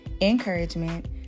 encouragement